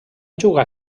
jugat